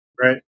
right